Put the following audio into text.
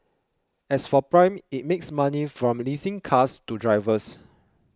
as for Prime it makes money from leasing cars to drivers